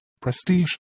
prestige